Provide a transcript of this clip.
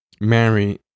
Mary